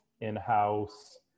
in-house